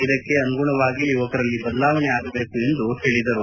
ಇದಕ್ಕೆ ಅನುಗುಣವಾಗಿ ಯುವಕರಲ್ಲಿ ಬದಲಾವಣೆ ಆಗಬೇಕು ಎಂದು ಅವರು ಹೇಳದರು